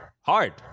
Hard